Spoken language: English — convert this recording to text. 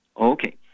Okay